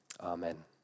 amen